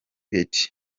pitt